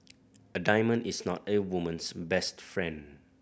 a diamond is not a woman's best friend